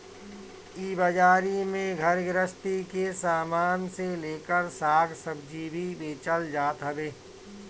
इ बाजारी में घर गृहस्ती के सामान से लेकर साग सब्जी भी बेचल जात हवे